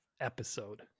episode